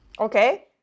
Okay